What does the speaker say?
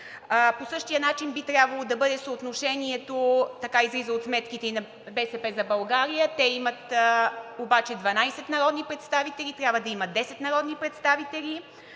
По същия начин би трябвало да бъде съотношението, така излиза от сметките, и на „БСП за България“. Те имат обаче 12 народни представители, трябва да имат 10 народни представители,